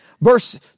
verse